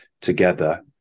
together